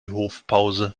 hofpause